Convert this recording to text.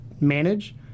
manage